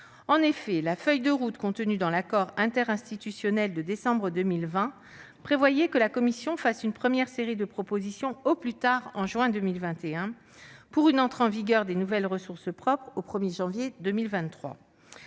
En effet, la feuille de route contenue dans l'accord interinstitutionnel de décembre 2020 prévoyait que la Commission ferait une première série de propositions au plus tard en juin 2021, pour une entrée en vigueur des nouvelles ressources propres au 1 janvier 2023.